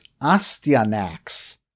Astyanax